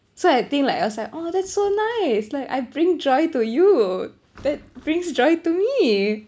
so I think like I was like oh that's so nice like I bring joy to you that brings joy to me